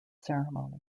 ceremony